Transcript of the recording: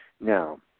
Now